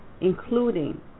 including